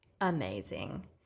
amazing